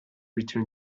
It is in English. return